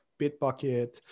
bitbucket